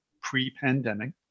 pre-pandemic